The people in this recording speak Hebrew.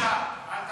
יש שלושה, אל תטעה.